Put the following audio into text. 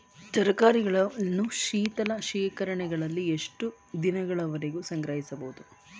ತರಕಾರಿಗಳನ್ನು ಶೀತಲ ಶೇಖರಣೆಗಳಲ್ಲಿ ಎಷ್ಟು ದಿನಗಳವರೆಗೆ ಸಂಗ್ರಹಿಸಬಹುದು?